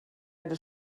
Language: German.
eine